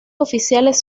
oficiales